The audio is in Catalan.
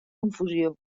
confusió